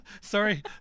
Sorry